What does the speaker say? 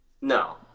No